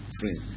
friend